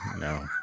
No